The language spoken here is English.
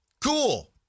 Cool